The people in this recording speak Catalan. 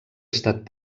estat